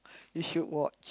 you should watch